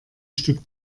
stück